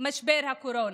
משבר הקורונה.